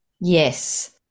Yes